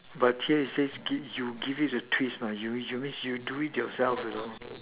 but here it says give you give it a twist lah you you means you do it yourself you know